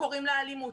קוראים לה אלימות.